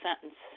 sentence